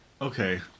Okay